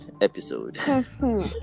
episode